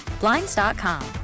Blinds.com